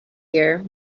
year